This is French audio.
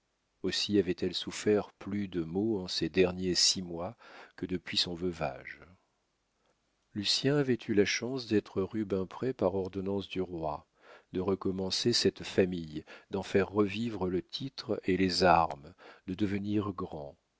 aussi avait-elle souffert plus de maux en ces derniers six mois que depuis son veuvage lucien avait eu la chance d'être rubempré par ordonnance du roi de recommencer cette famille d'en faire revivre le titre et les armes de devenir grand